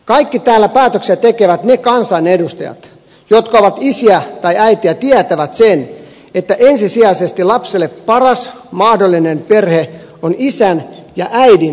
kaikki täällä päätöksiä tekevät ne kansanedustajat jotka ovat isiä tai äitejä tietävät sen että ensisijaisesti lapselle paras mahdollinen perhe on isän ja äidin muodostama perhe